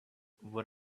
what